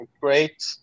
great